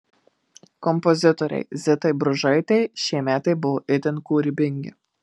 kompozitorei zitai bružaitei šie metai buvo itin kūrybingi